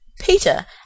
Peter